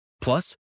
Plus